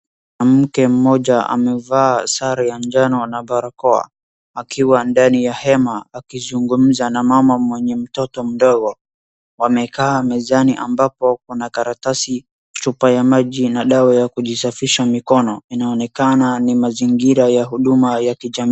Mwanamke mmoja amevaa sare ya njano na barakoa, akiwa ndani ya hema akizungumza na mama mwenye mtoto mdogo, wamekaa mezani ambapo pana karatasi, chupa ya maji, na dawa ya kujisafisha mikono, inaonekana ni mazingira ya huduma ya kijamii.